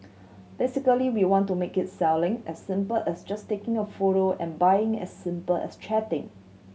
basically we wanted to make it selling as simple as just taking a photo and buying as simple as chatting